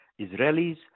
Israelis